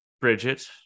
bridget